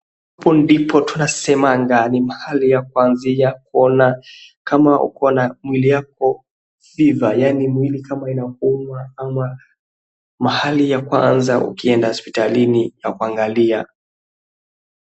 Hapo ndipo tunasemanga ni mahali ya kuanzia kuona kama uko na mwili yako, Fever, yaani kama mwili inakuuma ama mahali ya kwanza ya kuenda hospitalini ya kuangalia.